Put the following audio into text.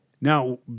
Now